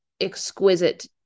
exquisite